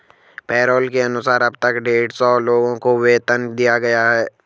payroll के अनुसार अब तक डेढ़ सौ लोगों को वेतन दिया गया है